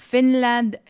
Finland